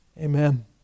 Amen